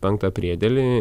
penktą priedėlį